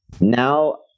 now